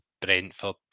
Brentford